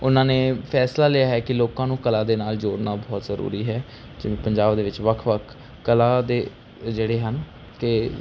ਉਨ੍ਹਾਂ ਨੇ ਫੈਸਲਾ ਲਿਆ ਹੈ ਕਿ ਲੋਕਾਂ ਨੂੰ ਕਲਾ ਦੇ ਨਾਲ ਜੋੜਨਾ ਬਹੁਤ ਜ਼ਰੂਰੀ ਹੈ ਜਿਵੇਂ ਪੰਜਾਬ ਦੇ ਵਿੱਚ ਵੱਖ ਵੱਖ ਕਲਾ ਦੇ ਜਿਹੜੇ ਹਨ ਕਿ